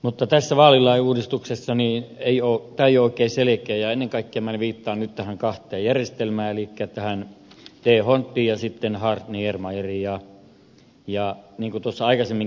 mutta tämä vaalilain uudistus ei ole oikein selkeä ja jäimme kaikkemme levittänyt tähän kahta ennen kaikkea minä viittaan nyt näihin kahteen järjestelmään elikkä dhondtiin ja hareniemeyeriin